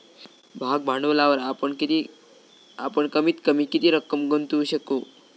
भाग भांडवलावर आपण कमीत कमी किती रक्कम गुंतवू शकू?